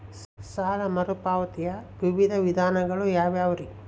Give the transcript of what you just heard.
ಸಾಲ ಮರುಪಾವತಿಯ ವಿವಿಧ ವಿಧಾನಗಳು ಯಾವ್ಯಾವುರಿ?